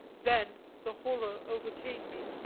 then the horror overcame me,